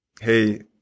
Hey